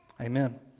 Amen